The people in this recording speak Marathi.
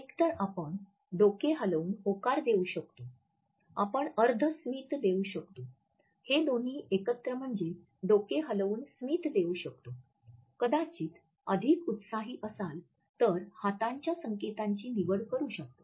एकतर आपण डोके हलवून होकार देऊ शकतो आपण अर्ध स्मित देऊ शकतो हे दोन्ही एकत्र म्हणजे डोके हलवून स्मित देऊ शकतो कदाचित अधिक उत्साही असाल तर हातांच्या संकेतांची निवड करू शकता